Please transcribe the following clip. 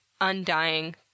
undying